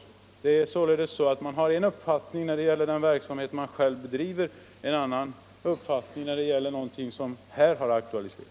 Man har således en uppfattning när det gäller den verksamhet man själv bedriver och en annan uppfattning när det gäller det som här har aktualitet.